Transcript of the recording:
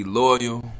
loyal